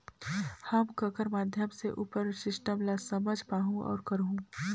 हम ककर माध्यम से उपर सिस्टम ला समझ पाहुं और करहूं?